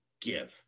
give